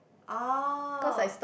oh